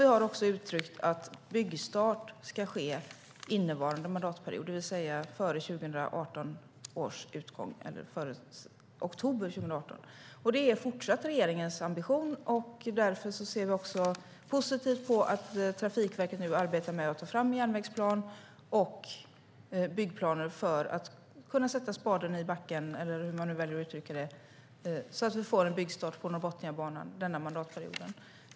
Vi har också uttryckt att byggstart ska ske under innevarande mandatperiod, det vill säga före oktober 2018. Detta är fortsatt regeringens ambition. Därför ser vi också positivt på att Trafikverket nu arbetar med att ta fram en järnvägsplan och byggplaner för att kunna sätta spaden i backen, eller hur man nu väljer att uttrycka det, så att vi får en byggstart för Norrbotniabanan denna mandatperiod.